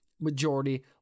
majority